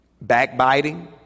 backbiting